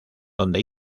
donde